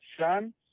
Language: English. son